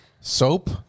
soap